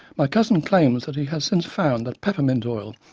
my cousin claims that he has since found that peppermint oil,